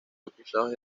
acusados